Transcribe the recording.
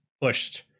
pushed